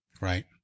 Right